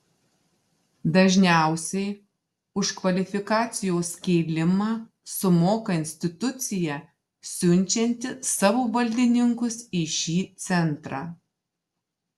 dažniausiai už kvalifikacijos kėlimą sumoka institucija siunčianti savo valdininkus į šį centrą